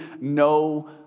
no